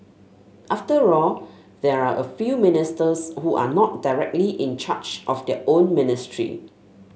after all there are a few ministers who are not directly in charge of their own ministry